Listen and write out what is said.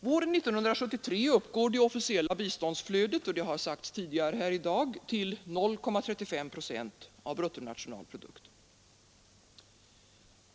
Våren 1973 uppgår det officiella biståndsflödet — det har sagts tidigare här i dag — till 0,35 procent av bruttonationalprodukten.